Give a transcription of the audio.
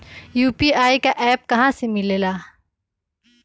UPI का app कहा से मिलेला?